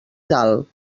dalt